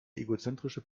egozentrische